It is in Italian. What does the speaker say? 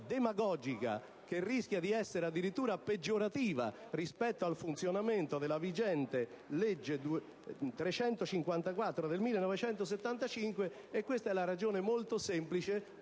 demagogica, che rischia di essere addirittura peggiorativa rispetto al funzionamento della vigente legge n. 354 del 1975, ed è questa la ragione molto semplice,